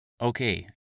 Okay